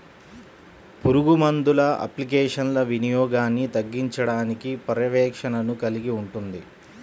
పురుగుమందుల అప్లికేషన్ల వినియోగాన్ని తగ్గించడానికి పర్యవేక్షణను కలిగి ఉంటుంది